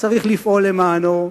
צריך לפעול למענו,